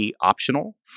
optional